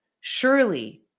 surely